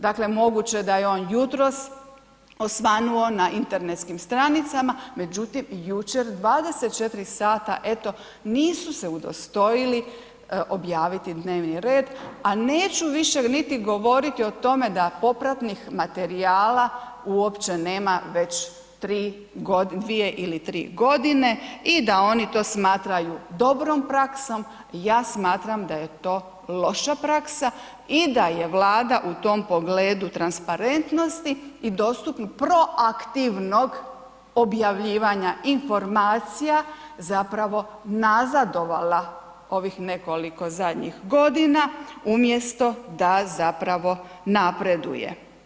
Dakle, moguće je da je on jutros osvanuo na internetskim stranicama, međutim, jučer 24 sata eto nisu se udostojili objaviti dnevni red, a neću više niti govorit o tome da popratnih materijala uopće nema već 3.g., 2 ili 3.g. i da oni to smatraju dobrom praksom, ja smatram da je to loša praksa i da je Vlada u tom pogledu transparentnosti i dostupno pro aktivnog objavljivanja informacija zapravo nazadovala ovih nekoliko zadnjih godina umjesto da zapravo napreduje.